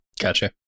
Gotcha